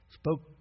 spoke